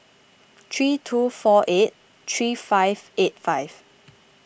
three two four eight three five eight five